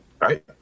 Right